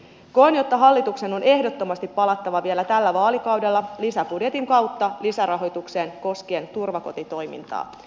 koen että hallituksen on ehdottomasti palattava vielä tällä vaalikaudella lisäbudjetin kautta lisärahoitukseen koskien turvakotitoimintaa